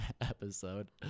episode